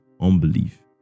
unbelief